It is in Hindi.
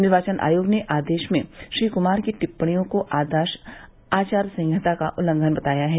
निर्वाचन आयोग ने आदेश में श्री कृमार की टिप्पणियों को आदर्श आचार संहिता का उल्लंघन बताया है